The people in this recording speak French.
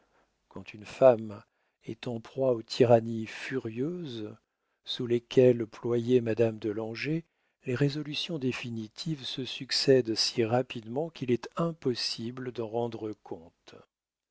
quand une femme est en proie aux tyrannies furieuses sous lesquelles ployait madame de langeais les résolutions définitives se succèdent si rapidement qu'il est impossible d'en rendre compte